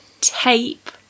tape